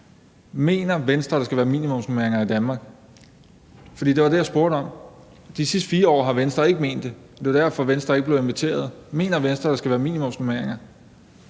Mener Venstre, at der skal være minimumsnormeringer i Danmark? For det var det, jeg spurgte om. De sidste 4 år har Venstre ikke ment det – det var derfor, Venstre ikke blev inviteret. Mener Venstre, at der skal være minimumsnormeringer?